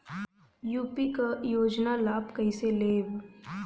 UP क योजना क लाभ कइसे लेब?